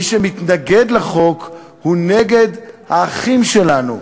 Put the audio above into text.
מי שמתנגד לחוק הוא נגד האחים שלנו,